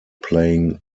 playing